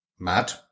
mad